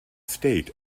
state